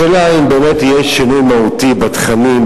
השאלה היא אם באמת יהיה שינוי מהותי בתכנים,